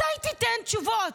מתי תיתן תשובות?